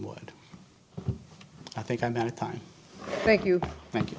would i think i'm out of time thank you thank you